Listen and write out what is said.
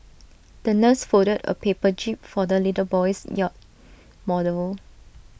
the nurse folded A paper jib for the little boy's yacht model